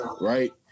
right